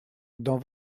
dans